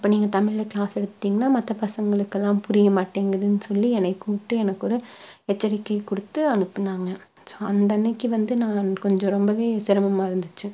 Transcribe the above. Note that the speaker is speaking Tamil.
அப்போ நீங்கள் தமிழில் கிளாஸ் எடுத்திங்கன்னால் மற்ற பசங்களுக்கெல்லாம் புரிய மாட்டேங்கிதுன்னு சொல்லி என்னைய கூப்பிட்டு எனக்கு ஒரு எச்சரிக்கை கொடுத்து அனுப்பினாங்க ஸோ அந்த அன்றைக்கி வந்து நான் கொஞ்சம் ரொம்பவே சிரமமா இருந்துச்சு